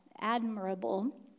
admirable